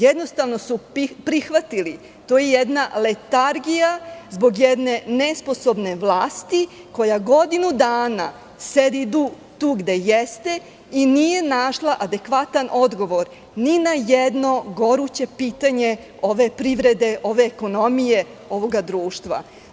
Jednostavno, prihvatili su da je to jedna letargija zbog jedne nesposobne vlasti koja godinu dana sedi tu gde jeste i nije našla adekvatan odgovor ni na jedno goruće pitanje ove privrede, ove ekonomije ovog društva.